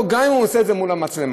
גם אם הוא עושה את זה מול המצלמה.